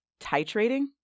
titrating